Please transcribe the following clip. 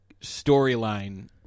storyline